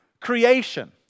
creation